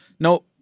No